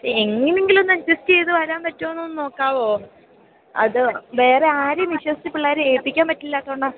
എങ്ങനെയെങ്കിലുമൊന്ന് adjust ചെയ്തു വരാൻ പറ്റുമോയെന്ന് ഒന്നു നോക്കാമോ അത് വേറെ ആരെയും വിശ്വസിച്ച് പിള്ളേരെ ഏൽപ്പിക്കാൻ പറ്റില്ലാത്തതു കൊണ്ടാണ്